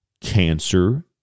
cancer